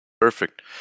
perfect